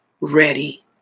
ready